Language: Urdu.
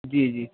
جی جی